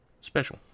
special